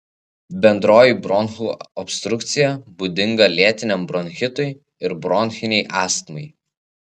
bendroji bronchų obstrukcija būdinga lėtiniam bronchitui ir bronchinei astmai